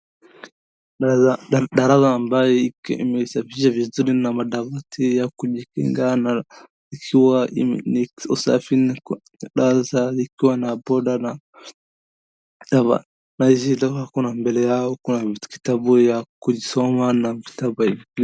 Darasa ambayo imesafishwa vizuri na madawati ya kujikinga na ikiwa ni usafi kwa darasa likiwa na poda na dawa. Mbele yao kuna kitabu ya kusoma na.